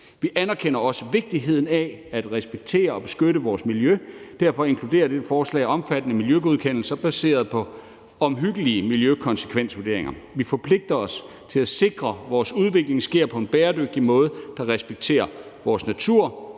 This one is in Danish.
Vi anerkender også vigtigheden af at respektere og beskytte vores miljø. Derfor inkluderer dette forslag omfattende miljøgodkendelser baseret på omhyggelige miljøkonsekvensvurderinger. Vi forpligter os til at sikre, at vores udvikling sker på en bæredygtig måde, der respekterer vores natur,